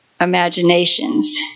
imaginations